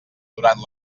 durant